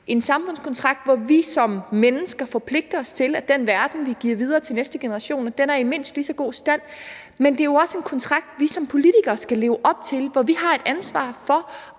en samfundskontrakt, hvor vi som mennesker forpligter os til, at den verden, vi giver videre til næste generation, er i mindst lige så god stand, som da den blev givet videre til os. Men det er jo også en kontrakt, vi som politikere skal leve op til, og hvor vi har et ansvar for